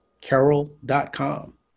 carol.com